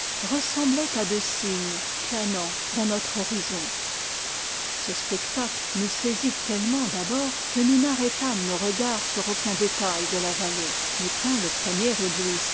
ressemblaient à deux cygnes planant dans notre horizon ce spectacle nous saisit tellement d'abord que nous n'arrêtâmes nos regards sur aucun détail de la vallée mais quand le premier